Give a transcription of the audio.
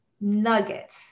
nugget